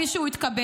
כפי שהוא התקבל,